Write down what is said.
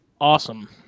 awesome